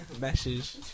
Message